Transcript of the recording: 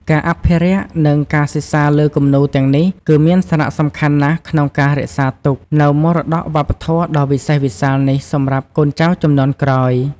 ការអភិរក្ស និងការសិក្សាលើគំនូរទាំងនេះ គឺមានសារៈសំខាន់ណាស់ក្នុងការរក្សាទុកនូវមរតកវប្បធម៌ដ៏វិសេសវិសាលនេះសម្រាប់កូនចៅជំនាន់ក្រោយ។